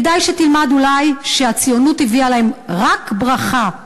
כדאי שתלמד אולי שהציונות הביאה להם רק ברכה.